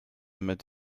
mit